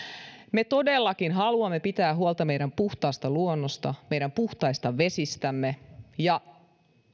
me perussuomalaiset todellakin haluamme pitää huolta meidän puhtaasta luonnostamme meidän puhtaista vesistämme ja